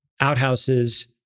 outhouses